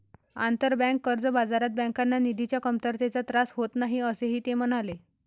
आंतरबँक कर्ज बाजारात बँकांना निधीच्या कमतरतेचा त्रास होत नाही, असेही ते म्हणाले